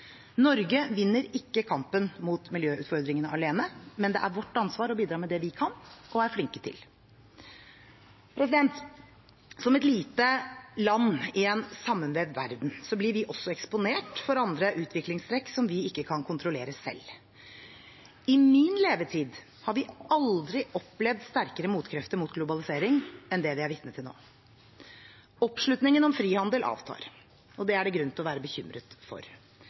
Norge vinner ikke kampen mot miljøutfordringene alene, men det er vårt ansvar å bidra med det vi kan og er flinke til. Som et lite land i en sammenvevd verden blir vi også eksponert for andre utviklingstrekk som vi ikke kan kontrollere selv. I min levetid har vi aldri opplevd sterkere motkrefter mot globalisering enn det vi er vitne til nå. Oppslutningen om frihandel avtar, og det er det grunn til å være bekymret for.